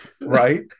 right